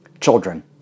children